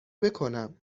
بکنم